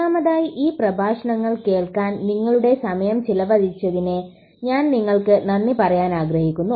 ഒന്നാമതായി ഈ പ്രഭാഷണങ്ങൾ കേൾക്കാൻ നിങ്ങളുടെ സമയം ചെലവഴിച്ചതിന് ഞാൻ നിങ്ങൾക്ക് നന്ദി പറയാൻ ആഗ്രഹിക്കുന്നു